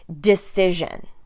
decision